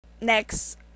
Next